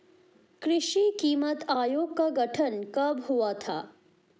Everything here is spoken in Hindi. कृषि कीमत आयोग का गठन कब हुआ था?